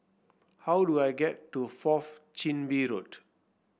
how do I get to Fourth Chin Bee Road